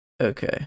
Okay